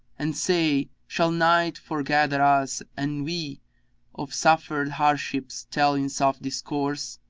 and say! shall nights foregather us, and we of suffered hardships tell in soft discourse?